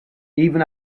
even